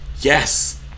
Yes